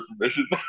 permission